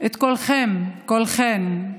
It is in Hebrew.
את כולכם, כולכן,